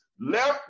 left